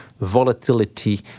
volatility